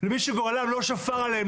למי שגורלם לא שפר עליהם,